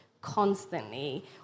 constantly